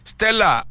Stella